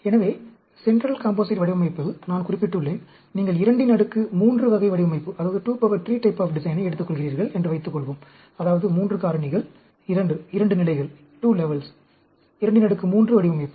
எனவே central composite வடிவமைப்பில் நான் குறிப்பிட்டுள்ளேன் நீங்கள் 2 இன் அடுக்கு 3 வகை வடிவமைப்பை எடுத்துக்கொள்கிறீர்கள் என்று வைத்துக்கொள்வோம் அதாவது 3 காரணிகள் 2 2 நிலைகள் 23 வடிவமைப்பு